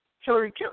Hillary